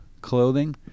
clothing